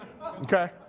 Okay